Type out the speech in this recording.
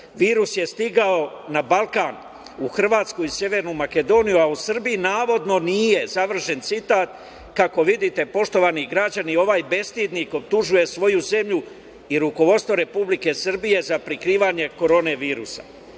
„Virus je stigao na Balkan, u Hrvatsku i Severnu Makedoniju, a u Srbiji navodno nije“, završen citat. Kako vidite, poštovani građani, ovaj bestidnik optužuje svoju zemlju i rukovodstvo Republike Srbije za prikrivanje korona virusa. Istina